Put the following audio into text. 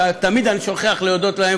שאני תמיד שוכח להודות להם,